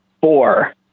four